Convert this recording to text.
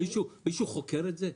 מישהו חוקר את זה?